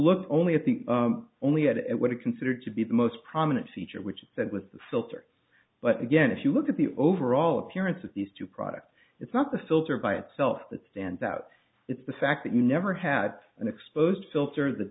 look only at the only it would be considered to be the most prominent feature which is said with the filter but again if you look at the overall appearance of these two products it's not the filter by itself that stands out it's the fact that you never had an exposed filter th